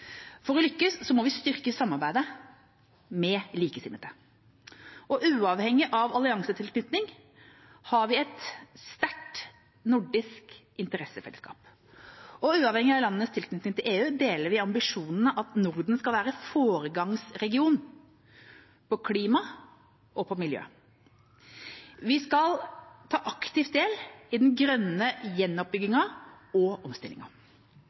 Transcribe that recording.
For å lykkes må vi styrke samarbeidet med likesinnede. Uavhengig av alliansetilknytning har vi et sterkt nordisk interessefellesskap. Og uavhengig av landenes tilknytning til EU deler vi ambisjonen om at Norden skal være en foregangsregion på klima og miljø. Vi skal ta aktivt del i den grønne gjenoppbyggingen og